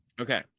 Okay